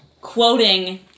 quoting